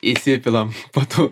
įsipilam po tų